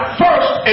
first